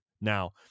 Now